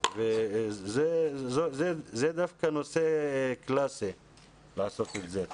וזה דווקא נושא קלסי לעשות את זה.